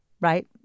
right